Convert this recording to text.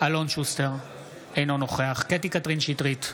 אלון שוסטר, אינו נוכח קטי קטרין שטרית,